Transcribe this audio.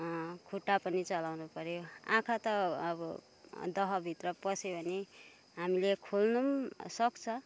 खुट्टा पनि चलाउनुपऱ्यो आँखा त अब दहभित्र पस्यो भने हामीले खोल्नु पनि सक्छ